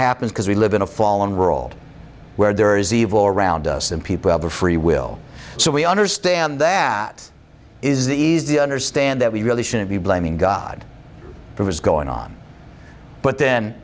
happen because we live in a fallen world where there is evil around us and people have a free will so we understand that is easy to understand that we really shouldn't be blaming god for his going on but then